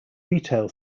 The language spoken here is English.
retail